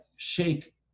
Shake